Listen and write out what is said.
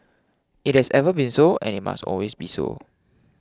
it has ever been so and it must always be so